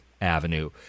avenue